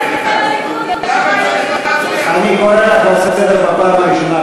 אני קורא אותך לסדר בפעם הראשונה,